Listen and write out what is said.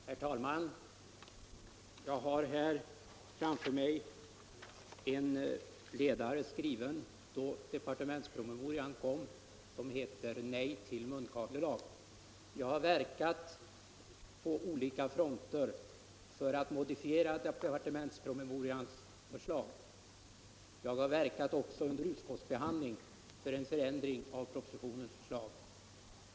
Herr talman! Jag har i min hand en ledare skriven då departementspromemorian kom ut, och den är rubricerad: Nej till munkavlelag. — Jag har verket på olika fronter för att modifiera departementspromemorians förslag. Jag har verkat också i utskottsbehandlingen för en förändring av propositionens förslag.